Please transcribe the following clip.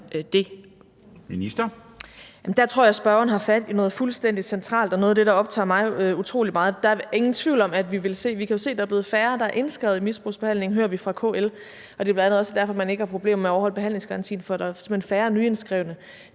fat i noget fuldstændig centralt, og det er noget af det, der optager mig utrolig meget, for det er der er ingen tvivl om at vi vil se. Vi kan jo se, at der er færre, der er blevet indskrevet i misbrugsbehandling – det hører vi fra KL – og det er bl.a. også derfor, man ikke har problemer med at overholde behandlingsgarantien, for der er simpelt hen færre nyindskrevne.